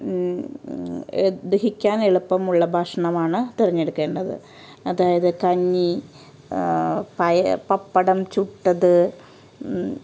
ദഹിക്കാനെളുപ്പമുള്ള ഭക്ഷണമാണ് തിരഞ്ഞെടുക്കേണ്ടത് അതായത് കഞ്ഞി പയർ പപ്പടം ചുട്ടത്